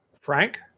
Frank